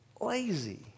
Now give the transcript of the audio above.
Lazy